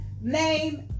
name